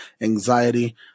anxiety